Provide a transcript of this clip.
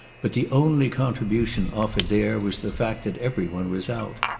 but the only contribution offered there was the fact that every one was out.